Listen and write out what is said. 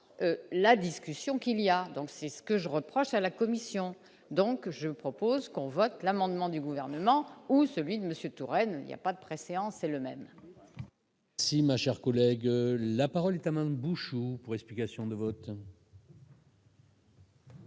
la discussion qu'il y a donc, si ce que je reproche à la Commission, donc je propose qu'on vote l'amendement du gouvernement ou celui de Monsieur Touraine, il n'y a pas de préséance, c'est le même.